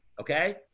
Okay